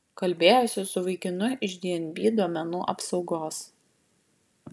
kalbėjausi su vaikinu iš dnb duomenų apsaugos